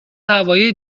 هوایی